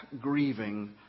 grieving